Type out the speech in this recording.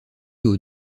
aux